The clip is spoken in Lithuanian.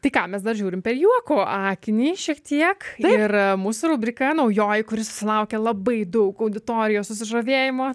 tai ką mes dar žiūrim per juoko akinį šiek tiek ir mūsų rubrika naujoji kuri susilaukė labai daug auditorijos susižavėjimo